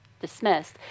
dismissed